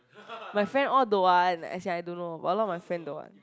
my friend all don't want as in I don't know but a lot of my friend don't want